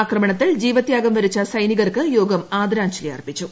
ആക്രമണത്തിൽ ജീവത്യാഗം വരിച്ച സൈനികർക്ക് യോഗം ആദരാഞ്ജലി അർപ്പിച്ചു